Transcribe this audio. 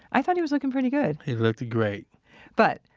i thought he was looking pretty good he looked great but,